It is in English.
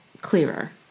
clearer